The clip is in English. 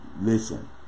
listen